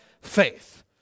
faith